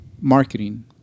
marketing